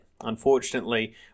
unfortunately